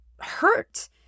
hurt